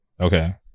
okay